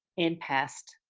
and passed,